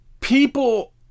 people